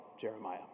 Jeremiah